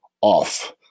off